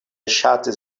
ŝatis